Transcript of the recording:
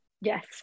Yes